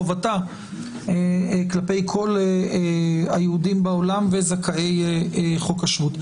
חובתה כלפי כל היהודים בעולם וזכאי חוק השבות.